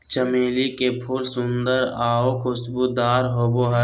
चमेली के फूल सुंदर आऊ खुशबूदार होबो हइ